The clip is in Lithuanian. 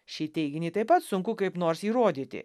šį teiginį taip pat sunku kaip nors įrodyti